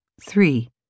Three